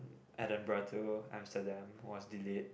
Edinburgh to Amsterdam was delayed